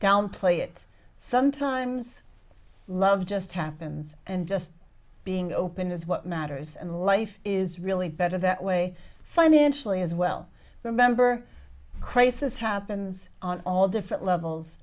downplay it sometimes love just happens and just being open is what matters and life is really better that way financially as well remember crisis happens on all different levels